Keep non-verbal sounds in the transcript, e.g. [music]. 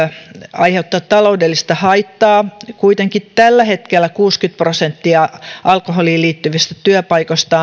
aiheuttaa taloudellista haittaa kuitenkin arvioidaan että tällä hetkellä kuusikymmentä prosenttia alkoholiin liittyvistä työpaikoista [unintelligible]